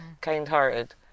kind-hearted